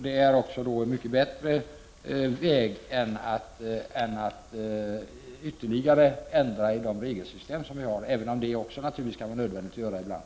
Det är en mycket bättre väg att gå än att ytterligare ändra i de regelsystem vi har, även om det naturligtvis kan vara nödvändigt att göra det ibland.